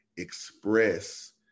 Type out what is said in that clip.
express